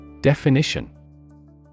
Definition